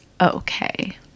okay